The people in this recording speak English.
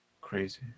crazy